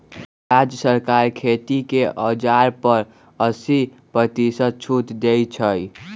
राज्य सरकार खेती के औजार पर अस्सी परतिशत छुट देई छई